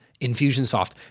Infusionsoft